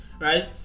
right